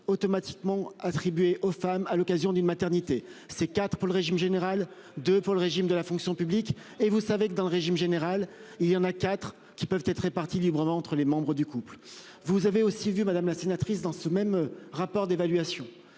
automatiquement attribuée aux femmes, à l'occasion d'une maternité c'est quatre pour le régime général de pour le régime de la fonction publique et vous savez que dans le régime général, il y en a 4 qui peuvent être répartis librement entre les membres du couple. Vous avez aussi vu madame la sénatrice dans ce même rapport d'évaluation